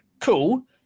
cool